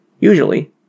usually